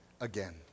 again